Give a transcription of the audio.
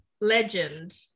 legend